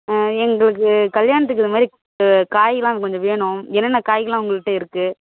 எங்களுக்கு கல்யாணத்துக்கு இந்தமாதிரி காய்லாம் கொஞ்சம் வேணும் என்னென்ன காய்கள்லாம் உங்கள்ட்ட இருக்குது